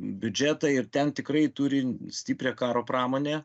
biudžetą ir ten tikrai turi stiprią karo pramonę